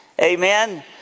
Amen